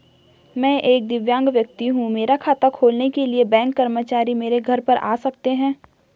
मैं एक दिव्यांग व्यक्ति हूँ मेरा खाता खोलने के लिए बैंक कर्मचारी मेरे घर पर आ सकते हैं?